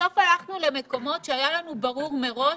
בסוף הלכנו למקומות שהיה לנו ברור מראש